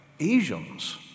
Asians